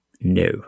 No